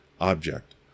Object